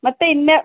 ಮತ್ತು ಇನ್ನು